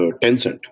Tencent